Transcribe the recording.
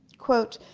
quote,